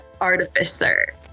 artificer